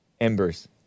Embers